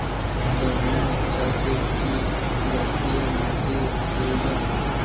তরমুজ চাষে কি জাতীয় মাটির প্রয়োজন?